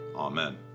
Amen